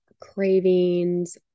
cravings